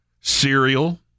Cereal